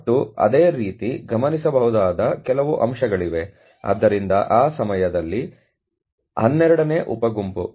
ಮತ್ತು ಅದೇ ರೀತಿ ಗಮನಿಸಬಹುದಾದ ಕೆಲವು ಅಂಶಗಳಿವೆ ಆದ್ದರಿಂದ ಆ ಸಮಯದಲ್ಲಿ 12 ನೇ ಉಪ ಗುಂಪು